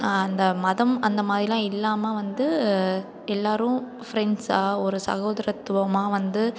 அந்த மதம் அந்த மாதிரிலாம் இல்லாமல் வந்து எல்லோரும் ஃப்ரெண்ட்ஸாக ஒரு சகோதரத்துவமாக வந்து